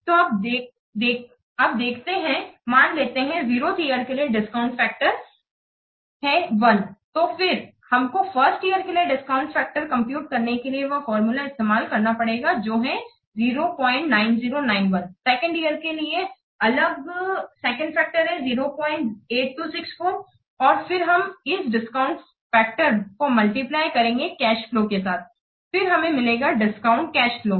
तो अब देखते हैं मान लेते हैं 0th ईयर के लिए डिस्काउंट फैक्टर है 1 तो फिर हमको 1st ईयर के लिए डिस्काउंट फैक्टर कंप्यूटकरने के लिए वह फार्मूला इस्तेमाल करना पड़ेगा जो है 09091 2nd ईयर के लिए अलग सेकंड फैक्टर है 08264 और फिर हम इस डिस्काउंट फैक्टर को मल्टीप्लाई करेंगे कैश फ्लो के साथ फिर हमें मिलेगा डिस्काउंटेड कैश फ्लो